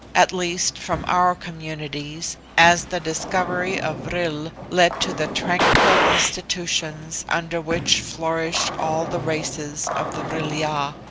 at least from our communities, as the discovery of vril led to the tranquil institutions under which flourish all the races of the vril-ya.